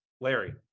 Larry